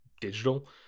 digital